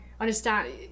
understand